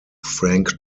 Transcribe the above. frank